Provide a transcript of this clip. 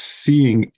seeing